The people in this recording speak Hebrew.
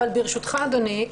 ברשותך אדוני,